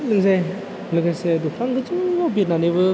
नोंजे लोगोसे बिफां गोजौवाव बिदनानैबो